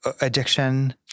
addiction